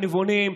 הנבונים,